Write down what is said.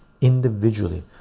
individually